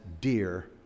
dear